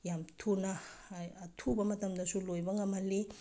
ꯌꯥꯝ ꯊꯨꯅ ꯑꯊꯨꯕ ꯃꯇꯝꯗꯁꯨ ꯂꯣꯏꯕ ꯉꯝꯍꯜꯂꯤ